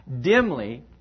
dimly